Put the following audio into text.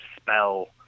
spell